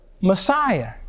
Messiah